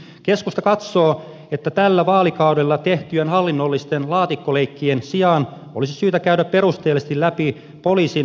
keskusta katsoo että tällä vaalikaudella tehtyjen hallinnollisten laatikkoleikkien sijaan olisi syytä käydä perusteellisesti läpi poliisin nykyiset tehtävät